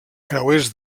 creuers